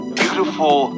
beautiful